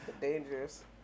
Dangerous